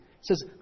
says